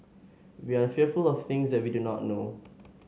we are fearful of things that we do not know